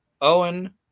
Owen